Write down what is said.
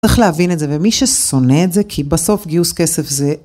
צריך להבין את זה, ומי ששונא את זה, כי בסוף גיוס כסף זה...